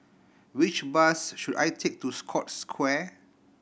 which bus should I take to Scotts Square